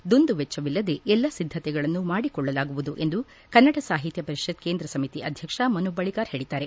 ದುಂದುವೆಚ್ವವಿಲ್ಲದೇ ಎಲ್ಲ ಸಿದ್ಧತೆಗಳನ್ನು ಮಾಡಿಕೊಳ್ಳಲಾಗುವುದು ಎಂದು ಕನ್ನಡ ಸಾಹಿತ್ಯ ಪರಿಷತ್ ಕೇಂದ್ರ ಸಮಿತಿ ಅಧ್ಯಕ್ಷ ಮನು ಬಳಿಗಾರ್ ಹೇಳಿದ್ದಾರೆ